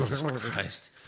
Christ